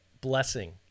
blessing